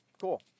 Cool